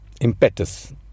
impetus